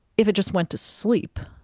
if it just went to sleep,